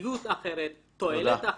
תועלת אחרת,